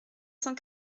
cent